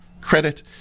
credit